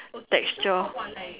texture